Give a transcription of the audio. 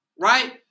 right